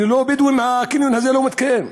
ללא הבדואים, הקניון הזה לא מתקיים.